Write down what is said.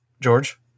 George